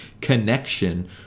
connection